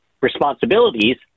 responsibilities